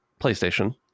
PlayStation